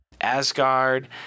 Asgard